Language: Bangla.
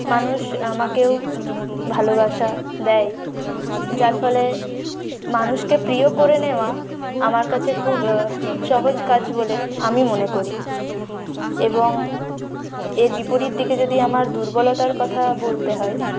মানুষ আমাকেও ভালোবাসা দেয় যার ফলে মানুষকে প্রিয় করে নেওয়া আমার কাছে খুব সহজ কাজ বলে আমি মনে করি এবং এর বিপরীত দিকে যদি আমার দুর্বলতার কথা বলতে হয়